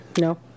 No